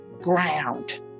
ground